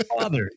father